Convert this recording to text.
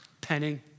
Penning